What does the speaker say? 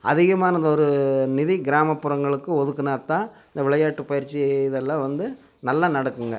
அதிகமான ஒரு நிதி கிராமப்புறங்களுக்கு ஒதுக்கினாதான் இந்த விளையாட்டு பயிற்சி இதலாம் வந்து நல்லா நடக்குங்க